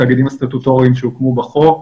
התאגידים הסטטוטוריים שהוקמו בחוק.